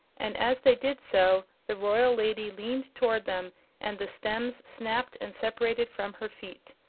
and as they did so the royal lady leaned toward them and the stems snapped and separated from her feet.